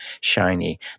shiny